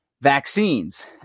vaccines